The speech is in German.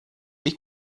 die